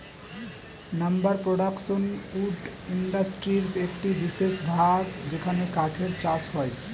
lumber production wood ইন্ডাস্ট্রির একটি বিশেষ ভাগ যেখানে কাঠের চাষ হয়